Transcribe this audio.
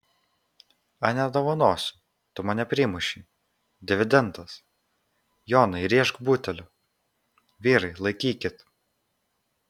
a nedovanosiu tu mane primušei dividendas jonai rėžk buteliu vyrai laikykit